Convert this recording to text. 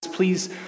Please